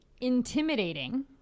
intimidating